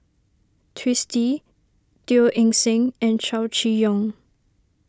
Twisstii Teo Eng Seng and Chow Chee Yong